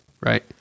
right